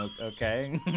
Okay